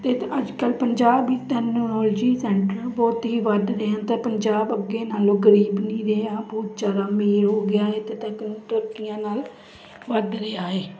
ਅਤੇ ਅੱਜ ਕੱਲ੍ਹ ਪੰਜਾਬ ਤੈਕਨੋਲਜੀ ਸੈਂਟਰ ਬਹੁਤ ਹੀ ਵੱਧ ਰਹੇ ਹਨ ਅਤੇ ਪੰਜਾਬ ਅੱਗੇ ਨਾਲੋਂ ਗਰੀਬ ਨਹੀਂ ਰਿਹਾ ਬਹੁਤ ਜ਼ਿਆਦਾ ਅਮੀਰ ਹੋ ਗਿਆ ਹੈ ਅਤੇ ਤੱਕ ਤਰੱਕੀਆਂ ਨਾਲ ਵੱਧ ਰਿਹਾ ਏ